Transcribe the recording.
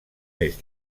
més